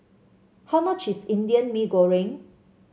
how much is Indian Mee Goreng